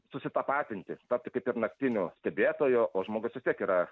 susitapatinti tapti kaip ir naktiniu stebėtoju o žmogus vis tiek yra